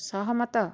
ସହମତ